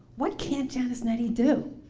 what can't janice nettie do?